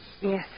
Yes